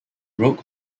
road